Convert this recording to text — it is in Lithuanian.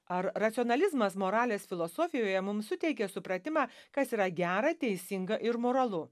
ar racionalizmas moralės filosofijoje mums suteikia supratimą kas yra gera teisinga ir moralu